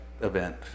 event